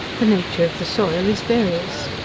the nature of the soil is various.